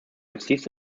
justiz